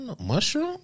Mushroom